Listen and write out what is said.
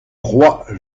roi